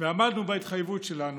ועמדנו בהתחייבות שלנו,